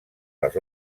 les